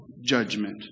judgment